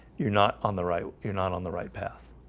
you're not on the right you're not on the right path.